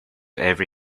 every